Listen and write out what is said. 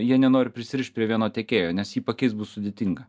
jie nenori prisirišt prie vieno tiekėjo nes jį pakeist bus sudėtinga